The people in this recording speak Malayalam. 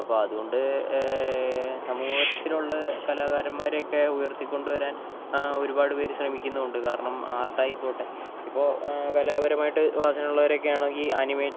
അപ്പോൾ അത് കൊണ്ട് സമൂഹത്തിലുള്ള കലാകാരന്മാരെയൊക്കെ ഉയർത്തികൊണ്ട് വരാൻ ഒരുപാട്പേര് ശ്രമിക്കുന്നുണ്ട് കാരണം ആർട്ട് ആയിക്കോട്ടെ ഇപ്പോൾ കലാപരമായിട്ട് വാസനയുള്ളവരൊക്കെ ആണെങ്കിൽ ഈ അനിമേ